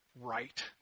Right